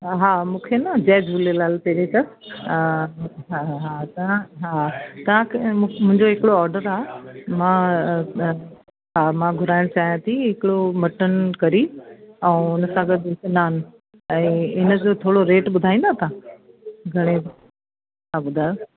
हा मूंखे न जय झूलेलाल पहिरीं त हा हा हा तव्हां हा तव्हांखे मु मुंहिंजो हिकिड़ो ऑडर आहे मां हा मां घुराइण चाहियां थी हिकिड़ो मटन कढ़ी ऐं हुन सां गॾु हिकु नान ऐं हिनजो थोरो रेट ॿुधाईंदव तव्हां घणे तव्हां ॿुधायो